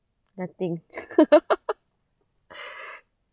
nothing